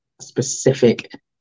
specific